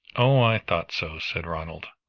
oh i thought so, said ronald.